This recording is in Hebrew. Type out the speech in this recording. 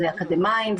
זה אקדמאים,